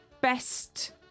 Best